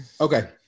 Okay